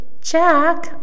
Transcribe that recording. Jack